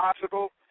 possible